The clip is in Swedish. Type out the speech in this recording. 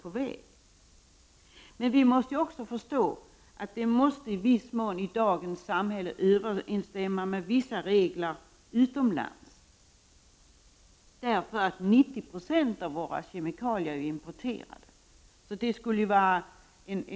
Det är också viktigt att förstå att reglerna i dagens samhälle i någon mån måste överensstämma med vissa regler utomlands, då 90 96 av våra kemikalier är importerade.